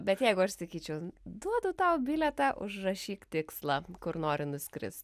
bet jeigu aš sakyčiau duodu tau bilietą užrašyk tikslą kur nori nuskrist